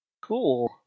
Cool